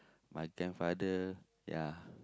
my grandfather ya